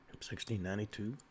1692